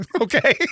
okay